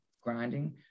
grinding